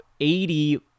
80